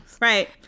Right